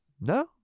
No